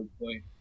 point